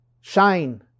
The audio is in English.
shine